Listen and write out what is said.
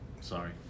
sorry